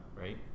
right